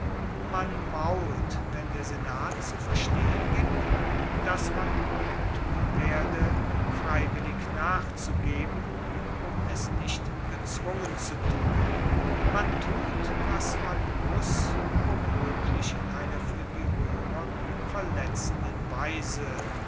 man mault wenn der senat zu verstehen gibt dass man wohl tun werde freiwillig nachzugeben um es nicht gezwungen zu tun man tut was man muss womoeglich in einer fuer die roemer verletzenden weise